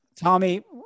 Tommy